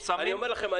אני אומר לכם,